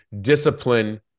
Discipline